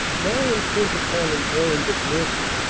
now intent upon an errand of mercy.